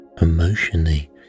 emotionally